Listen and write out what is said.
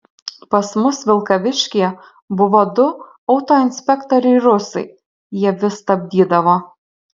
pas mus vilkaviškyje buvo du autoinspektoriai rusai jie vis stabdydavo